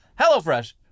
HelloFresh